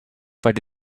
but